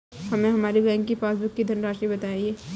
हमें हमारे बैंक की पासबुक की धन राशि बताइए